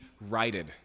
righted